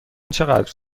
چقدر